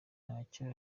ntacyo